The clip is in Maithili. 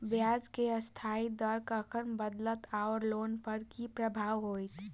ब्याज केँ अस्थायी दर कखन बदलत ओकर लोन पर की प्रभाव होइत?